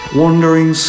wandering